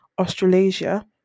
Australasia